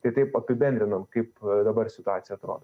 tai taip apibendrinam kaip dabar situacija atrodo